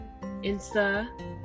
insta